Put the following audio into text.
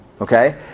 Okay